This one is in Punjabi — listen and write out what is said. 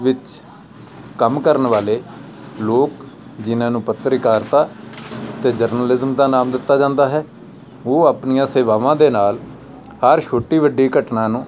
ਵਿੱਚ ਕੰਮ ਕਰਨ ਵਾਲੇ ਲੋਕ ਜਿਨ੍ਹਾਂ ਨੂੰ ਪੱਤਰਕਾਰਤਾ ਅਤੇ ਜਰਨਲਿਜ਼ਮ ਦਾ ਨਾਮ ਦਿੱਤਾ ਜਾਂਦਾ ਹੈ ਉਹ ਆਪਣੀਆਂ ਸੇਵਾਵਾਂ ਦੇ ਨਾਲ ਹਰ ਛੋਟੀ ਵੱਡੀ ਘਟਨਾ ਨੂੰ